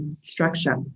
structure